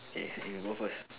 okay you go first